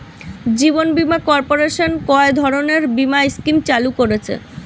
জীবন বীমা কর্পোরেশন কয় ধরনের বীমা স্কিম চালু করেছে?